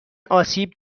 آسیب